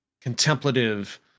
contemplative